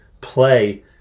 play